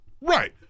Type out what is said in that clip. Right